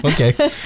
Okay